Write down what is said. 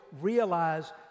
realize